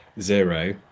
zero